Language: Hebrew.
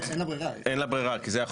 אין לה ברירה, דין רציפות זה החוק.